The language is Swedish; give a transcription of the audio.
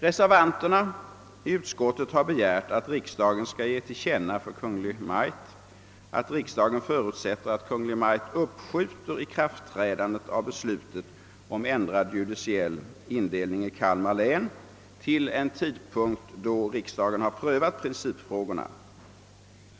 Reservanterna i utskottet har begärt att riksdagen skall ge till känna för Kungl. Maj:t att riksdagen förutsätter att Kungl. Maj:t uppskjuter ikraftträdandet av beslutet om ändrad judiciell indelning i Kalmar län till en tidpunkt då riksdagen har prövat principfrågorna.